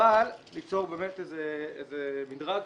אבל ליצור מדרג כזה.